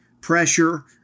pressure